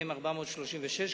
מ/436,